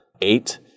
eight